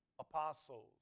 apostles